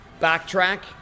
backtrack